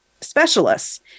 specialists